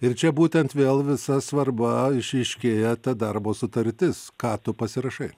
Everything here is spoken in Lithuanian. ir čia būtent vėl visa svarba išryškėja ta darbo sutartis ką tu pasirašai